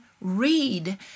read